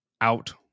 out